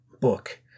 book